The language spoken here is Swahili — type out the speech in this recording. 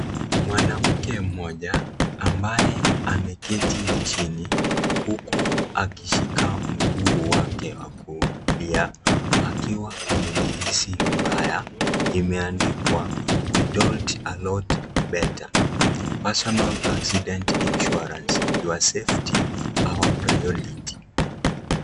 Mwanamke mmoja ambaye ameketi chini huku akishika mguu wake wa kulia akiwa amejihisi vibaya. Imeandikwa " We do alot better. Personal accident insurance. Your safety our priority ".